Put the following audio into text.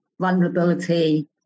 vulnerability